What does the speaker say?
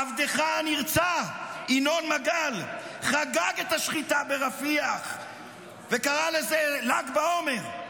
עבדך הנרצע ינון מגל חגג את השחיטה ברפיח וקרא לזה ל"ג בעומר.